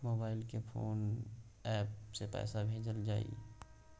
Mobile के कोन app से पैसा भेजल जाए?